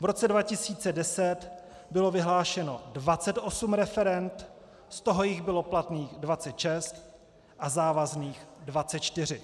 V roce 2010 bylo vyhlášeno 28 referend, z toho jich bylo platných 26 a závazných 24.